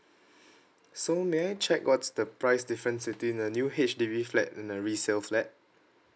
so may I check what's the price difference between a new H_D_B flat and a resale flat